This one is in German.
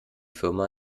firma